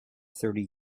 thirty